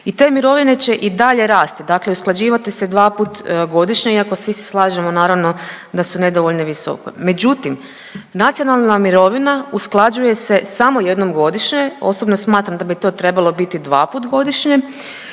i te mirovine će i dalje rasti, dakle usklađivati se dvaput godišnje iako svi se slažemo naravno da su nedovoljno visoko. Međutim, nacionalna mirovina usklađuje se samo jednom godišnje, osobno smatram da bi to trebalo biti dvaput godišnje